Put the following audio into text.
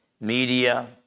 media